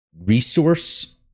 resource